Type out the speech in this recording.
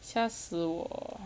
吓死我